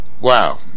Wow